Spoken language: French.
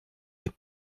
les